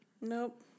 Nope